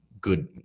good